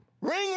ring